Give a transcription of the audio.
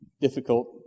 difficult